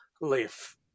live